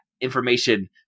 information